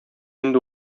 инде